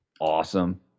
Awesome